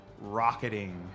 rocketing